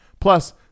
Plus